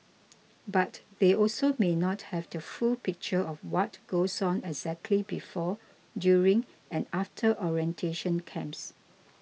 but they also may not have the full picture of what goes on exactly before during and after orientation camps